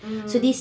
mm